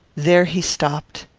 there he stopped,